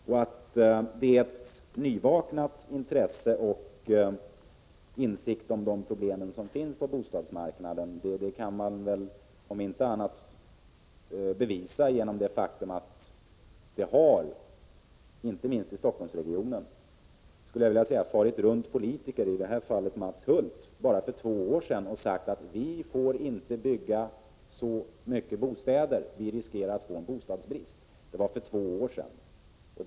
Att det är ett nyvaknat intresse för och insikt om de problem som finns på bostadsmarknaden kan man bevisa om inte på annat sätt så genom att hänvisa till de politiker — jag tänker främst på Mats Hulth — som för två år sedan for runt i Stockholmsregionen och förklarade att man inte behövde bygga så många bostäder.